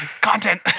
Content